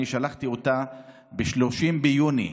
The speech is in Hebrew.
אני שלחתי אותה ב-30 ביוני,